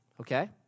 okay